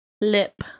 Lip